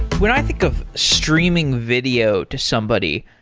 when i think of streaming video to somebody,